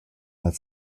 that